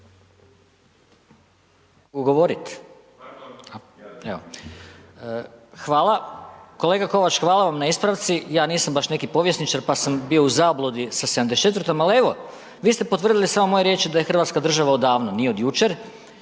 (SNAGA)** Hvala. Kolega Kovač, hvala vam na ispravci, ja nisam baš neki povjesničar, pa sam bio u zabludi sa 74.-tom, ali evo, vi ste potvrdili samo moje riječi da je hrvatska država odavno, nije od jučer